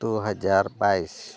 ᱫᱩ ᱦᱟᱡᱟᱨ ᱵᱟᱭᱤᱥ